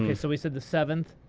yeah so we said the seventh,